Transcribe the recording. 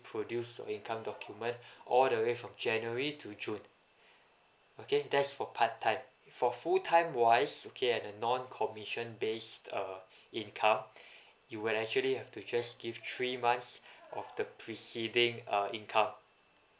produce some income document all the way from january to june okay that's for part time for full time wise okay and the non commission based uh income you will actually have to just give three months of the preceding uh income